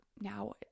now